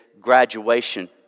graduation